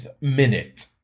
minute